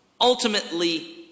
ultimately